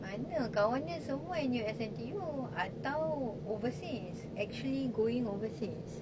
mana kawan dia N_U_S N_T_U atau overseas actually going overseas